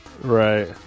Right